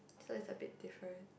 so it's a bit different